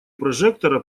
прожектора